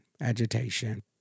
agitation